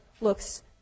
looks